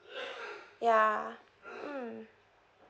yeah mm